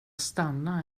stanna